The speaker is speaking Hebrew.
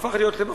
הפך להיות מכשלה.